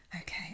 Okay